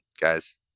guys